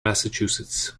massachusetts